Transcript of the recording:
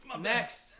Next